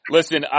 Listen